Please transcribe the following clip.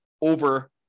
over